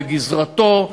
בגזרתו,